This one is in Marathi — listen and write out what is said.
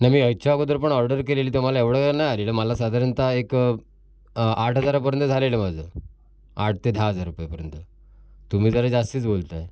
नाही मी याच्या अगोदर पण ऑर्डर केलेली तेव्हा मला एवढं काय नाही आलेलं मला साधारणतः एक आठ हजारापर्यंत झालेलं माझं आठ ते दहा हजार रुपयापर्यंत तुम्ही जरा जास्तच बोलताय